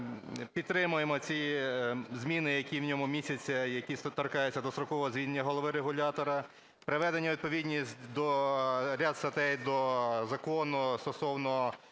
підтримуємо ці зміни, які в ньому містяться і які торкаються дострокового звільнення голови регулятора, приведення у відповідність ряд статей до закону стосовно